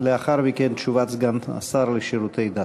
ולאחר מכן תשובת סגן השר לשירותי דת.